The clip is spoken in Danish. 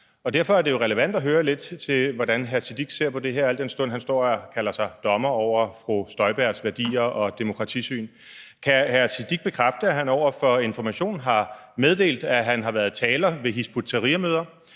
og derfor er det jo relevant at høre lidt til, hvordan hr. Sikandar Siddique ser på det her, al den stund han står og gør sig til dommer over fru Inger Støjbergs værdier og demokratisyn. Kan hr. Sikandar Siddique bekræfte, at han over for Information har meddelt, at han har været taler ved Hizb ut-Tahrir-møder?